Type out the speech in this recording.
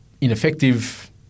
ineffective